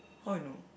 how you know